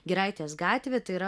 giraitės gatvė tai yra